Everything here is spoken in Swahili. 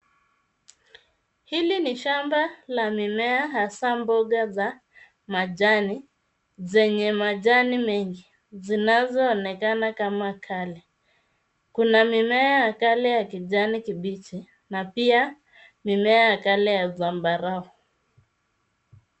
Hili ni shamba la mimea hasa mboga za majani, zenye majani mengi, zinazoonekana kama kale. Kuna mimea ya kale ya kijani kibichi, na pia mimea ya kale ya zambarau.